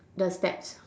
the steps